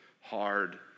hard